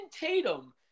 Tatum